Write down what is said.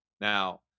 Now